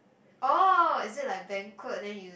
orh is it like banquet then you